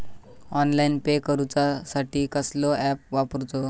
Online pay करूचा साठी कसलो ऍप वापरूचो?